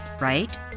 right